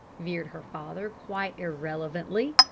veered her father quite irrelevantly.